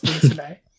today